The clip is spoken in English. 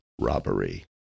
robbery